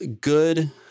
good